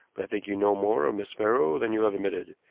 but i think you know more of miss farrow than you have admitted,